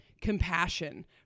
compassion